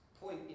point